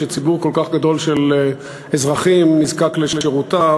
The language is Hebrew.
שציבור כל כך גדול של אזרחים נזקק לשירותיו.